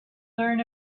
learn